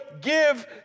give